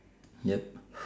yup